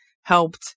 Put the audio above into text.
helped